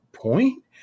point